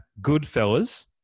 Goodfellas